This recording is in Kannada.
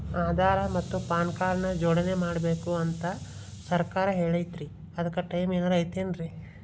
ಆಧಾರ ಮತ್ತ ಪಾನ್ ಕಾರ್ಡ್ ನ ಜೋಡಣೆ ಮಾಡ್ಬೇಕು ಅಂತಾ ಸರ್ಕಾರ ಹೇಳೈತ್ರಿ ಅದ್ಕ ಟೈಮ್ ಏನಾರ ಐತೇನ್ರೇ?